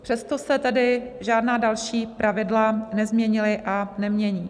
Přesto se žádná další pravidla nezměnila a nemění.